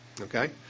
okay